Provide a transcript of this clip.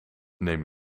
neem